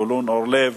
זבולון אורלב,